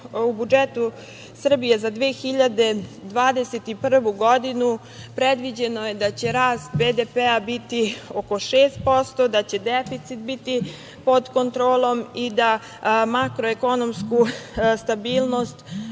u budžetu za 2021. godinu predviđeno da će rast BDP biti oko 6%, da će deficit pod kontrolom i da makroekonomsku stabilnost